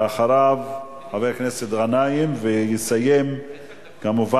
אחריו, חבר הכנסת גנאים, ויסיים חבר